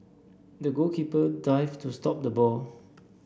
the goalkeeper dived to stop the ball